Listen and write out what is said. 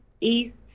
East